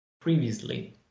previously